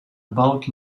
about